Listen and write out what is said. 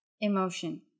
emotion